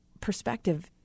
perspective